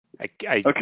Okay